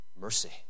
mercy